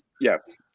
Yes